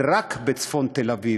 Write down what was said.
רק בצפון תל-אביב.